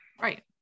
right